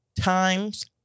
times